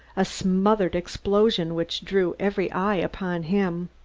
a smothered explosion which drew every eye upon him.